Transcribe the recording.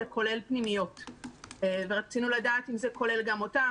כולל פנימיות ורצינו לדעת אם זה כולל גם אותם,